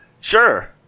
Sure